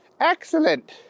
Excellent